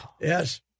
Yes